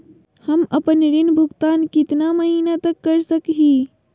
हम आपन ऋण भुगतान कितना महीना तक कर सक ही?